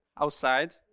outside